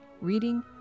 reading